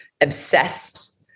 obsessed